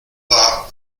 war